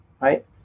Right